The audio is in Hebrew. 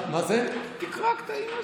תקרא קטעים מהספר.